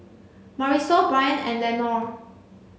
Marisol Bryant and Lenore